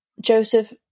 Joseph